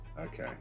okay